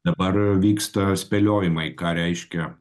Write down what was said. dabar vyksta spėliojimai ką reiškia